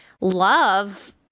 love